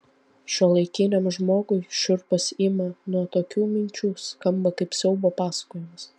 šiuolaikiniam žmogui šiurpas ima nuo tokių minčių skamba kaip siaubo pasakojimas